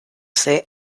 ser